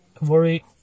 worry